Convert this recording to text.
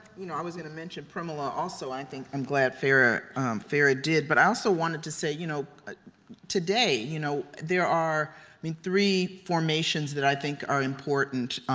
you know i was going to mention, primella, also i think i'm glad farah farah did but i also wanted to say you know today you know there are i mean three formations that i think are important,